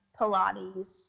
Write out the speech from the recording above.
Pilates